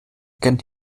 gen